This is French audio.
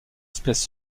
espèce